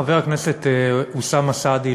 חבר הכנסת אוסאמה סעדי,